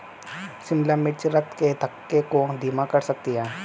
शिमला मिर्च रक्त के थक्के को धीमा कर सकती है